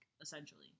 essentially